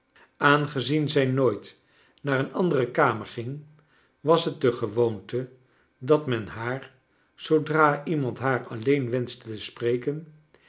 aangezien zij nooit naar een andere kamer ging was het de gewoonte dat men haar zoodra iemand haar alleen wenschte te spreken